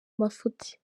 mafuti